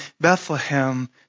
Bethlehem